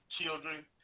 children